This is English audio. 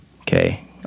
Okay